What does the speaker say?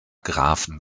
grafen